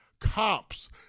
cops